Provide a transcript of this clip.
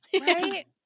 Right